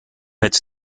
heads